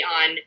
on